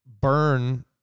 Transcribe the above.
burn